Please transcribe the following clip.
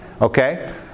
okay